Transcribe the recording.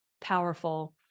powerful